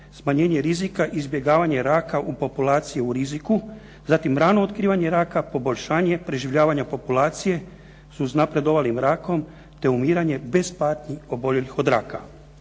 smanjenje rizika, izbjegavanje raka u populaciju u riziku, zatim rano otkrivanje raka, poboljšanje preživljavanja populacije s uznapredovalim rakom te umiranje bez patnji oboljelih od raka.